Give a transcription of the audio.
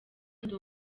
ndi